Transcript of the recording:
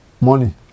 money